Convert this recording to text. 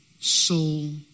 soul